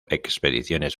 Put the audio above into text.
expediciones